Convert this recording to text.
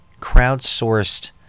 crowdsourced